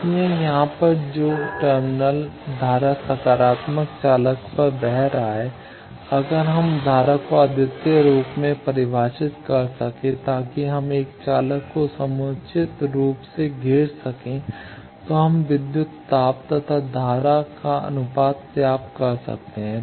इसलिए यहां पर जो टर्मिनल धारा सकारात्मक चालक पर बह रहा है अगर हम उस धारा को अद्वितीय रूप में परिभाषित कर सकें ताकि हम एक चालक को समुचित रूप से घेर सकें तो हम विद्युत ताप तथा धारा का अनुपात प्राप्त कर सकते हैं